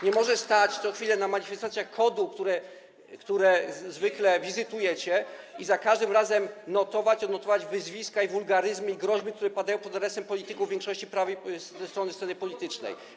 Nie może stać co chwilę na manifestacjach KOD-u, które zwykle wizytujecie, i za każdym razem notować, odnotowywać wyzwisk, wulgaryzmów i gróźb, które padają pod adresem polityków w większości z prawej strony sceny politycznej.